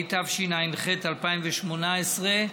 התשע"ח 2018,